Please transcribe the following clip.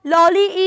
Lolly